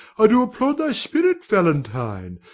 i do applaud thy spirit, valentine,